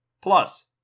Plus